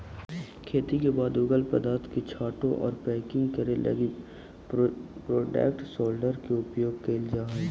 खेती के बाद उगल उत्पाद के छाँटे आउ पैकिंग करे लगी प्रोडक्ट सॉर्टर के उपयोग कैल जा हई